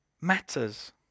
matters